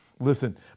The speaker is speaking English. Listen